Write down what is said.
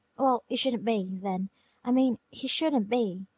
well, you shouldn't be, then i mean, he shouldn't be.